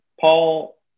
Paul